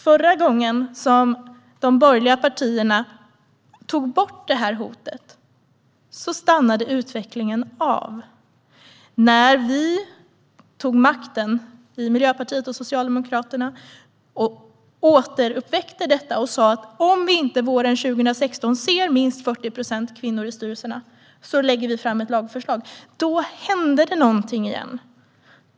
Förra gången som de borgerliga partierna tog bort hotet stannade utvecklingen av. När vi i Miljöpartiet och Socialdemokraterna tog makten återuppväckte vi detta och sa: Om vi inte våren 2016 ser minst 40 procent kvinnor i styrelserna lägger vi fram ett lagförslag. Då hände det någonting igen.